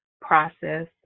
process